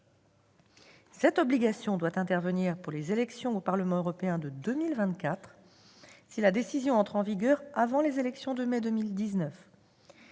Cette obligation doit intervenir pour les élections au Parlement européen de 2024, si la décision entre en vigueur avant les élections du mois